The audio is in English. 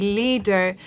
leader